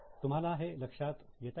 तुम्हाला हे लक्षात येताय ना